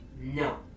no